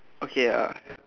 okay ah